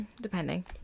Depending